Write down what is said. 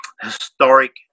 historic